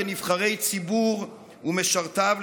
נבחרי ציבור ומשרתיו,